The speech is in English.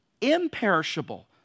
imperishable